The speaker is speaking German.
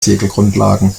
segelgrundlagen